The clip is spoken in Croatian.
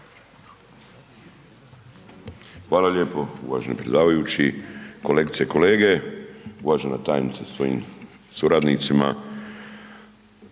Hvala lijepo uvaženi predsjedavajući, kolegice i kolege, uvažena tajnice sa svojim suradnicima.